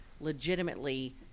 legitimately